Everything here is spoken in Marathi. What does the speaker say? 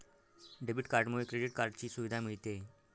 डेबिट कार्डमुळे क्रेडिट कार्डची सुविधा मिळते